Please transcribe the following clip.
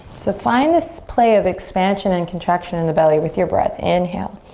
so find this play of expansion and contraction in the belly with your breath. inhale.